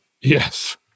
Yes